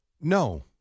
No